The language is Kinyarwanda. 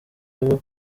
abo